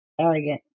elegant